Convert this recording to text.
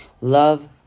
Love